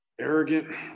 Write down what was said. arrogant